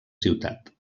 ciutat